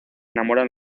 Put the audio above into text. enamoran